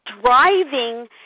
driving